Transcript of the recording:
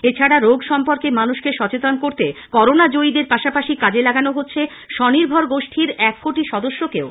এছাড়া রোগ সম্পর্কে মানুষকে সচেতন করতে করোনা জয়ীদের পাশাপাশি কাজে লাগানো হচ্ছে স্বনির্ভর গোষ্ঠীর এক কোটি সদস্যকেও